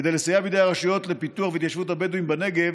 כדי לסייע בידי הרשות לפיתוח והתיישבות הבדואים בנגב